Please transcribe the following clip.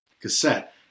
cassette